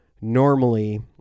normally